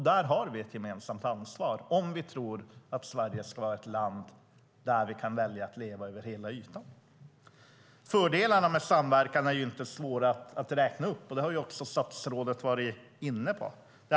Där har vi ett gemensamt ansvar om vi tycker att Sverige ska vara ett land där vi kan välja att leva över hela ytan. Fördelarna med samverkan är inte svåra att räkna upp, och dessa har statsrådet också varit inne på.